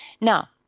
Now